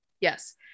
Yes